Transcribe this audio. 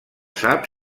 sap